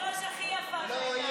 היושבת-ראש הכי יפה שהייתה אי-פעם.